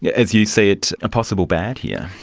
yeah as you see it, a possible bad here?